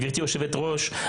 גבירתי היושבת-ראש,